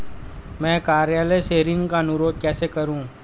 मैं कार्यालय से ऋण का अनुरोध कैसे करूँ?